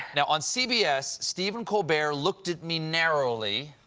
and on cbs stephen colbert looked at me narrowly